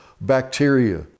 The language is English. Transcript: Bacteria